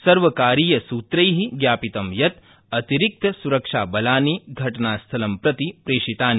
सर्वकारीयसूत्रै ज्ञापितं यत् अतिरिक्तसुरक्षाबलानि घटनास्थलं प्रति प्रेषितानि